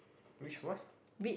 which was